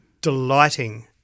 delighting